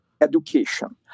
education